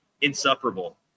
insufferable